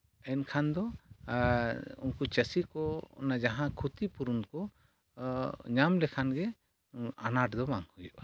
ᱮᱱᱠᱷᱟᱱ ᱫᱚ ᱩᱱᱠᱩ ᱪᱟᱹᱥᱤ ᱠᱚ ᱚᱱᱟ ᱡᱟᱦᱟᱸ ᱠᱷᱩᱛᱤ ᱯᱩᱨᱩᱱ ᱠᱚ ᱧᱟᱢ ᱞᱮᱠᱷᱟᱱ ᱜᱮ ᱟᱱᱟᱴ ᱫᱚ ᱵᱟᱝ ᱦᱩᱭᱩᱜ ᱛᱟᱠᱚᱣᱟ